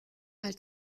als